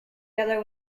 together